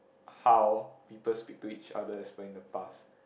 how people speak to each other as when the past